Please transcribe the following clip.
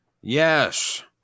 Yes